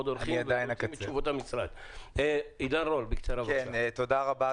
לשכת מארגני תיירות נכנסת זה הגוף שמתמחה רק